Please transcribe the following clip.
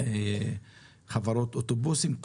חברות אוטובוסים,